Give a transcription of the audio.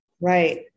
Right